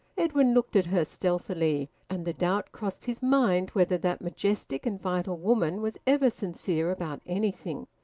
edwin looked at her stealthily, and the doubt crossed his mind whether that majestic and vital woman was ever sincere about anything,